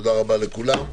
תודה רבה לכולם.